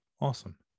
Awesome